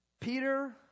Peter